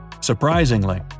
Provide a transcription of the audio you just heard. Surprisingly